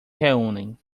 reúnem